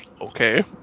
Okay